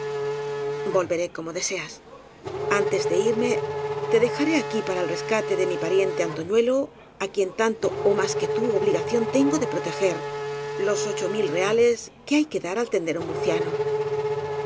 volveré como deseas antes de irme te dejaré aquí para el rescate de mi pariente antoñuelo á quien tanto ó más que tú tengo obligación de pro teger los ocho mil reales que hay que dar al ten dero murciano